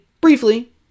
briefly